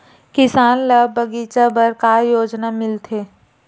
किसान ल बगीचा बर का योजना मिलथे?